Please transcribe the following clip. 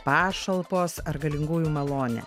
pašalpos ar galingųjų malonė